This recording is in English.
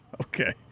Okay